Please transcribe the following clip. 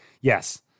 yes